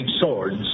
swords